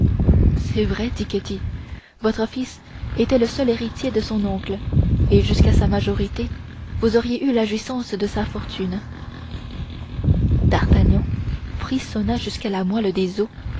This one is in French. c'est vrai dit ketty votre fils était le seul héritier de son oncle et jusqu'à sa majorité vous auriez eu la jouissance de sa fortune d'artagnan frissonna jusqu'à la moelle des os